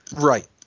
Right